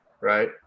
Right